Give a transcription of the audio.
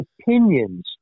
opinions